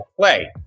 play